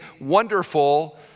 wonderful